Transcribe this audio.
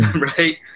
right